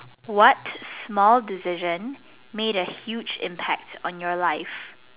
what small decision made a huge impact on your life